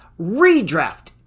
redraft